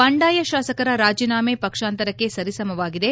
ಬಂಡಾಯ ಶಾಸಕರ ರಾಜೀನಾಮೆ ಪಕ್ಷಾಂತರಕ್ಷೆ ಸರಿಸಮವಾಗಿದೆ